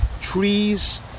Trees